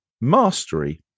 mastery